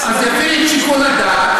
אז הוא יפעיל את שיקול הדעת,